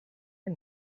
her